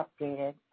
updated